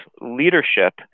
leadership